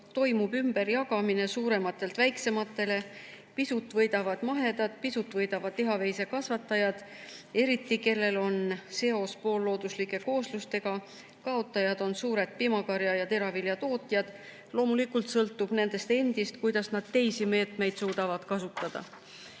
toimub ümberjagamine suurematelt väiksematele, pisut võidavad mahe[tootjad], pisut võidavad lihaveisekasvatajad, eriti need, kellel on seos poollooduslike kooslustega. Kaotajad on suured piimakarja[kasvatajad] ja teraviljatootjad. Loomulikult sõltub nendest endist, kuidas nad teisi meetmeid suudavad kasutada.